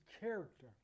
character